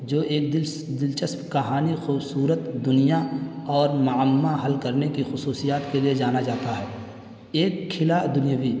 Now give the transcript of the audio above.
جو ایک دلچسپ کہانی خوبصورت دنیا اور معمہ حل کرنے کی خصوصیات کے لیے جانا جاتا ہے ایک کھیلا دنیوی